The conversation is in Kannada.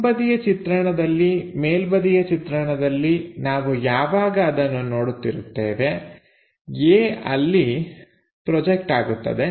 ಮುಂಬದಿಯ ಚಿತ್ರಣದಲ್ಲಿ ಮೇಲ್ಬದಿಯ ಚಿತ್ರಣದಲ್ಲಿ ನಾವು ಯಾವಾಗ ಅದನ್ನು ನೋಡುತ್ತಿರುತ್ತೇವೆ A ಅಲ್ಲಿ ಪ್ರೊಜೆಕ್ಟ್ ಆಗುತ್ತದೆ